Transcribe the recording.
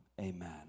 Amen